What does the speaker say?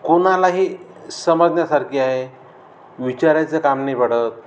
कोणालाही समजण्यासारखी आहे विचारायचं काम नाही पडत